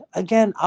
again